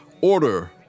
Order